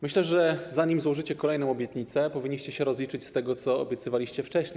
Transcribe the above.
Myślę, że zanim złożycie kolejną obietnicę, powinniście się rozliczyć z tego, co obiecywaliście wcześniej.